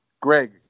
Greg